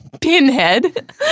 Pinhead